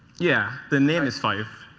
yeah the name is five.